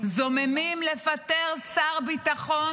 זוממים לפטר שר ביטחון